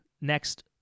next